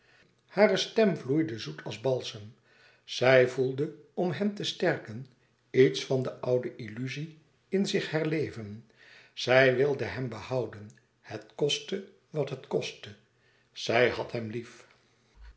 hare stem vloeide zoet als balsem zij voelde om hem te sterken iets van de oude illuzie in zich herleven zij wilde hem behouden het kostte wat het kostte zij had hem lief